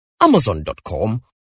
amazon.com